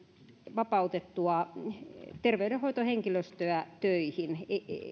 vapautettua terveydenhoitohenkilöstöä töihin